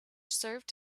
served